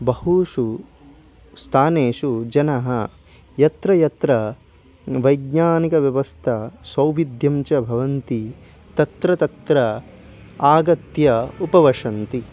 बहुषु स्थानेषु जनः यत्र यत्र वैज्ञानिकव्यवस्थासौविध्यं च भवति तत्र तत्र आगत्य उपविशन्ति